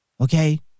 Okay